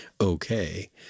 okay